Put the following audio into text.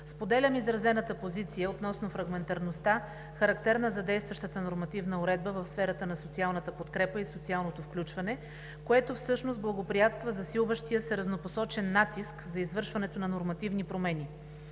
Споделям изразената позиция относно фрагментарността, характерна за действащата нормативна уредба в сферата на социалната подкрепа и социалното включване, което всъщност благоприятства засилващия се разнопосочен натиск за извършването на нормативните промени.